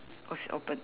was open